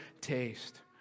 taste